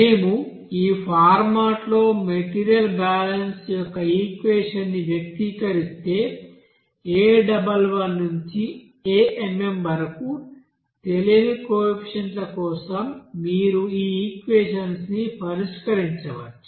మేము ఈ ఫార్మాట్లో మెటీరియల్ బ్యాలెన్స్ యొక్క ఈక్వెషన్స్ ని వ్యక్తీకరిస్తే a11 నుండి amn వరకు తెలియని కోఎఫీషియంట్ల కోసం మీరు ఈ ఈక్వెషన్స్ ని పరిష్కరించవచ్చు